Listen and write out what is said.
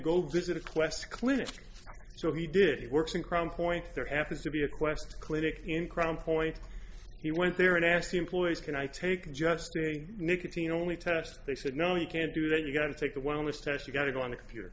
go visit a quest clinic so he did he works in crown point there happens to be a quest clinic in crown point he went there and asked the employees can i take just a nicotine only test they said no you can't do that you got to take the wellness test you got to go on the computer